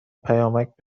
پیامک